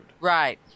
Right